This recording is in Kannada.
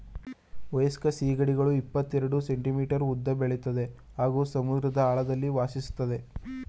ವಯಸ್ಕ ಸೀಗಡಿಗಳು ಇಪ್ಪತೆರೆಡ್ ಸೆಂಟಿಮೀಟರ್ ಉದ್ದ ಬೆಳಿತದೆ ಹಾಗೂ ಸಮುದ್ರದ ಆಳದಲ್ಲಿ ವಾಸಿಸ್ತದೆ